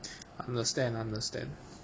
understand understand